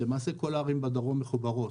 למעשה כל הערים בדרום מחוברות.